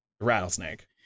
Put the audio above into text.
rattlesnake